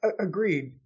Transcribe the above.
agreed